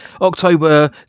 October